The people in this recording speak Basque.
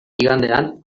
igandean